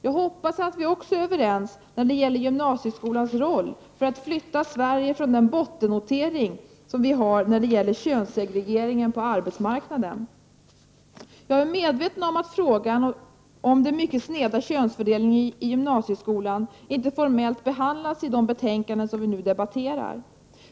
Jag hoppas att vi också är överens när det gäller gymnasieskolans roll för att flytta Sverige från den bottennotering som vi har när det gäller könssegregering på arbetsmarknaden. Jag är medveten om att frågan om den mycket sneda könsfördelningen i gymnasieskolan inte formellt behandlas i de betänkanden som vi nu debatterar.